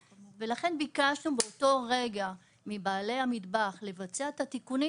וביקשנו באותו רגע מבעלי המטבח לבצע את התיקונים.